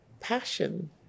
passion